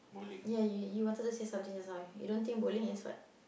ya you you wanted to say something just now you don't think bowling is what